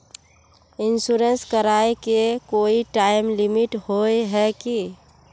Insurance कराए के कोई टाइम लिमिट होय है की?